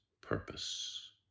purpose